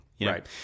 Right